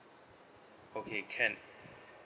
okay can